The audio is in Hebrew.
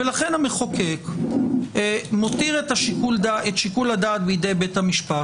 לכן המחוקק מותיר את שיקול הדעת בידי בית המשפט.